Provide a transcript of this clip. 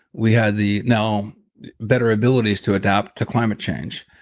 we had the now better abilities to adapt to climate change.